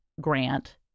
Grant